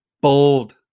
bold